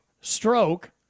stroke